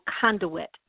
conduit